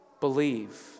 Believe